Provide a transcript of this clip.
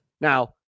Now